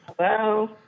Hello